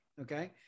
Okay